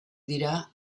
dira